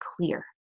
clear